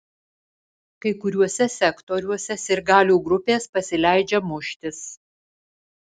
kai kuriuose sektoriuose sirgalių grupės pasileidžia muštis